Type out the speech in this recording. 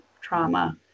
trauma